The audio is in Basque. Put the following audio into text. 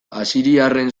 asiriarren